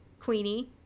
Queenie